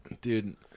Dude